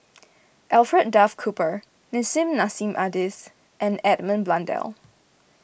Alfred Duff Cooper Nissim Nassim Adis and Edmund Blundell